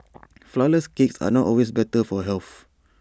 Flourless Cakes are not always better for health